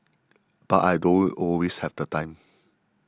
but I don't always have the time